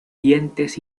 dientes